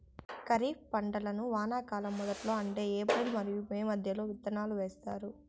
ఖరీఫ్ పంటలను వానాకాలం మొదట్లో అంటే ఏప్రిల్ మరియు మే మధ్యలో విత్తనాలు వేస్తారు